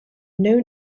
known